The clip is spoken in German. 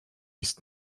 ist